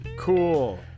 Cool